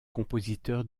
compositeur